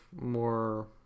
more